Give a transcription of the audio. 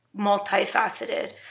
multifaceted